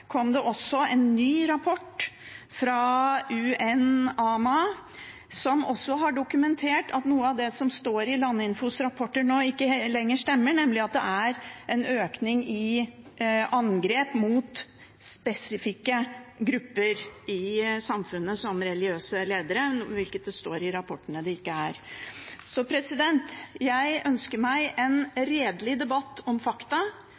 kom det en ny rapport fra UNAMA, som også har dokumentert at noe av det som står i Landinfos rapporter ikke lenger stemmer, nemlig at det er en økning i angrep mot spesifikke grupper i samfunnet, som religiøse ledere – hvilket det står i rapportene at det ikke er. Så jeg ønsker meg en redelig debatt om fakta.